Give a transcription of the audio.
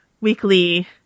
weekly